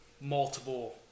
multiple